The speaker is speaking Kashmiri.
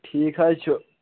ٹھیٖک حظ چھُ